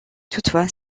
toutefois